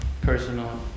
personal